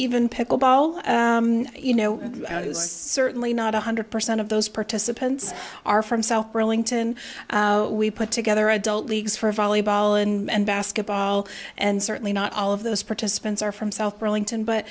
even pickle ball you know it's certainly not one hundred percent of those participants are from south burlington we put together adult leagues for volleyball and basketball and certainly not all of those participants are from south burlington but